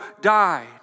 died